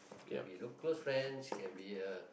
can be close friends can be a